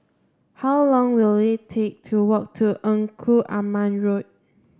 how long will it take to walk to Engku Aman Road